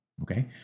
okay